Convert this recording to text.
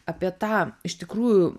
apie tą iš tikrųjų